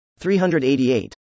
388